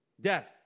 Death